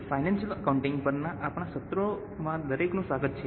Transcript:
financial accounting પરના આપણાં સત્રોમાં દરેકનું સ્વાગત છે